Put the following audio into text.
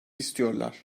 istiyorlar